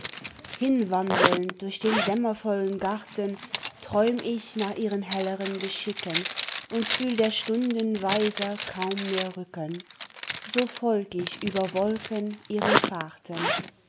hinwandelnd durch den dämmervollen garten träum ich nach ihren helleren geschicken und fühl der stunden weiser kaum mehr rücken so folg ich über wolken ihren fahrten